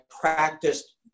practiced